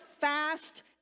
fast